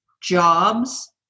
jobs